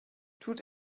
tut